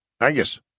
Angus